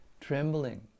trembling